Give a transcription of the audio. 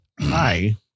Hi